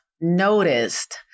noticed